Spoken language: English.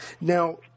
Now